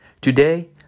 Today